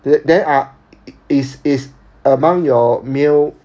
the then are is is among your meal